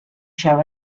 show